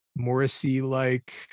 Morrissey-like